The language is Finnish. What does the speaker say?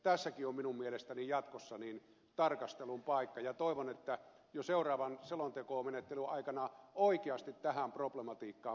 tässäkin on minun mielestäni jatkossa tarkastelun paikka ja toivon että jo seuraavan selontekomenettelyn aikana oikeasti tähän problematiikkaan panostetaan